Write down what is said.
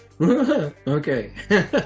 Okay